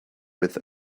with